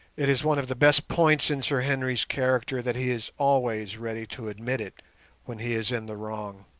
it is one of the best points in sir henry's character that he is always ready to admit it when he is in the wrong.